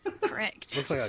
Correct